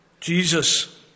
Jesus